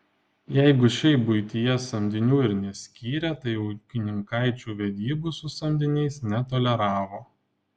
jeigu šiaip buityje samdinių ir neskyrę tai ūkininkaičių vedybų su samdiniais netoleravo